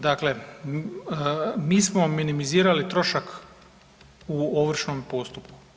Dakle mi smo minimizirali trošak u ovršnom postupku.